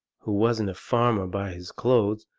who wasn't a farmer by his clothes,